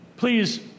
Please